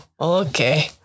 Okay